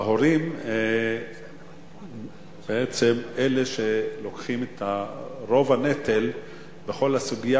ההורים בעצם הם שלוקחים את רוב הנטל בכל הסוגיה